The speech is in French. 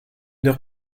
heure